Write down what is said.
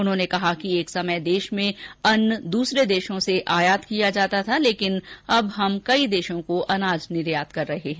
उन्होंने कहा कि एक समय देष में अन्न दूसरे देषों से आयात किया जाता थालेकिन अब हम कई देषों को अनाज निर्यात कर रहे हैं